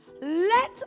let